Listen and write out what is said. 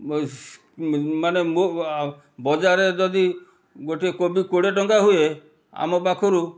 ବସ ମାନେ ମୁଁ ବଜାରରେ ଯଦି ଗୋଟିଏ କୋବି କୋଡ଼ିଏ ଟଙ୍କା ହୁଏ ଆମ ପାଖରୁ